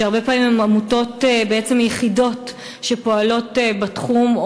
שהרבה פעמים הן בעצם עמותות יחידות שפועלות בתחום,